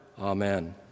Amen